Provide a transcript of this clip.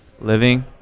living